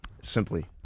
simply